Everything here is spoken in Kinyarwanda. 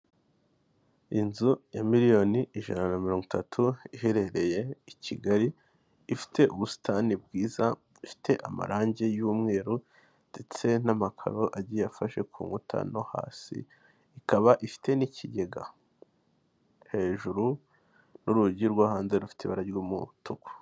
Inzu ya miliyoni ijana na mirongo itatu iherereye i Kigali, ifite ubusitani bwiza, ifite amarange y'umweru ndetse n'amakaro agiye afashe ku nkuta no hasi. Ikaba ifite n'ikigega hejuru n'urugi rwo hanze rufite ibara ry'umutuku.